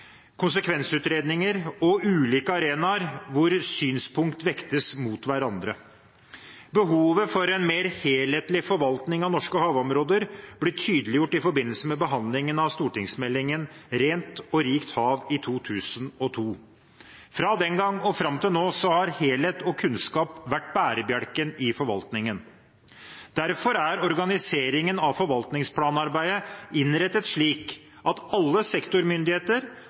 konsekvensutredninger og ulike arenaer hvor synspunkt vektes mot hverandre. Behovet for en mer helhetlig forvaltning av norske havområder ble tydeliggjort i forbindelse med behandlingen av stortingsmeldingen Rent og rikt hav i 2002. Fra den gang og fram til nå har helhet og kunnskap vært bærebjelken i forvaltningen. Derfor er organiseringen av forvaltningsplanarbeidet innrettet slik at alle sektormyndigheter